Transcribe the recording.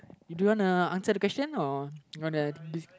do you wanna answer the question or you wanna